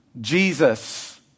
Jesus